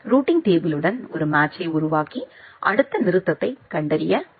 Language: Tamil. ரூட்டிங் டேபிள்ளுடன் ஒரு மேட்ச்யை உருவாக்கி அடுத்த நிறுத்தத்தைக் கண்டறியவும் உதவும்